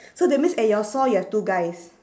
so that means at your saw you have two guys